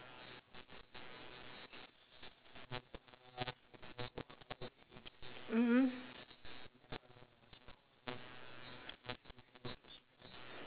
mmhmm